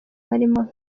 barimo